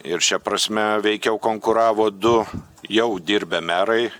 ir šia prasme veikiau konkuravo du jau dirbę merai